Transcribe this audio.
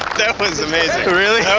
that was amazing.